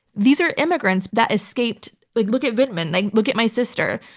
these are immigrants that escaped. like look at vindman, like look at my sister,